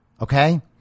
Okay